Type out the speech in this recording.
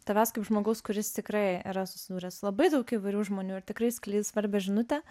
tavęs kaip žmogaus kuris tikrai yra susidūrę su labai daug įvairių žmonių ir tikrai skleis svarbią žinutę